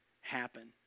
happen